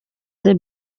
the